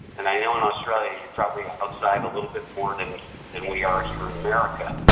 and i know in australia you probably are outside a little bit more than and we are here in america,